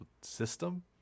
system